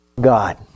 God